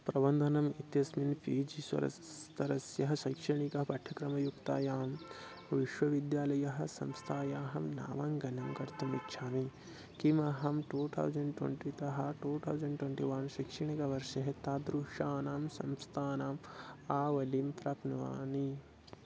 प्रबन्धनम् इत्यस्मिन् P G स्वरस्य स्तरस्य शैक्षणिकं पाठ्यक्रमयुक्तायां विश्वविद्यालयः संस्थायाः नामाङ्कनं कर्तुम् इच्छामि किमहं टु थौसण्ड् ट्वेण्टितः टु थौसण्ड् ट्वेन्टि वन् शैक्षणिकवर्षे तादृशानां संस्तानाम् आवलिं प्राप्नुवानि